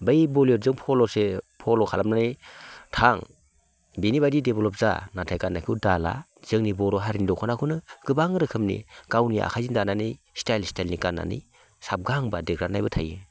बै बलिवुदजों फल' खालामनानै थां बिनि बायदि देभेल'प जा नाथाय गाननायखौ दा ला जोंनि बर' हारिनि दख'नाखौनो गोबां रोखोमनि गावनि आखायजों दानानै स्टाइल स्टाइलनि गाननानै साबगा हामगा देरगानायबो थायो